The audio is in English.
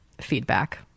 feedback